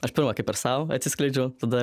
aš pirma kaip ir sau atsiskleidžiau tada